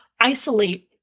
isolate